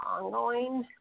ongoing